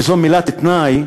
שזו מילת תנאי,